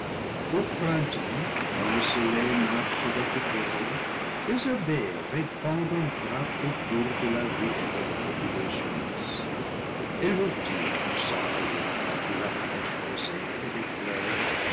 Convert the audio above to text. au printemps quand le soleil marche avec le taureau des abeilles répandent en grappes autour de la ruche leur populeuse jeunesse elles voltigent çà et là parmi la fraîche rosée et les fleurs